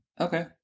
Okay